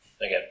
again